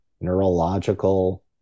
neurological